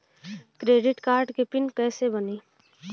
Credit card के PIN कैसे बनी?